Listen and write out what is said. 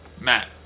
Matt